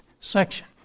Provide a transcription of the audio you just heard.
section